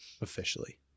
officially